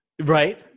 Right